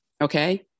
Okay